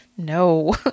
no